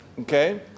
okay